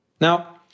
Now